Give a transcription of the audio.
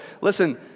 listen